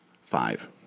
Five